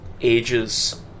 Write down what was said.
ages